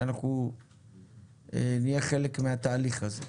שאנחנו נהיה חלק מהתהליך הזה.